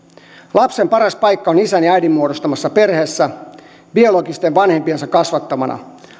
lapsen paras paikka on isän ja äidin muodostamassa perheessä biologisten vanhempiensa kasvattamana